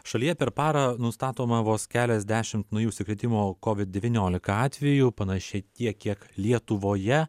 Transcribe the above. šalyje per parą nustatoma vos keliasdešimt naujų užsikrėtimo covid devyniolika atvejų panašiai tiek kiek lietuvoje